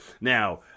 Now